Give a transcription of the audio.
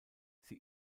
sie